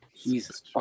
Jesus